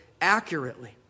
accurately